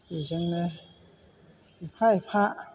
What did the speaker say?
बेजोंनो एफा एफा